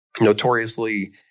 Notoriously